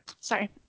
Sorry